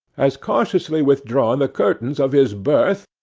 has cautiously withdrawn the curtains of his berth,